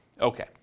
Okay